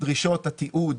דרישות התיעוד